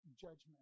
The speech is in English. judgment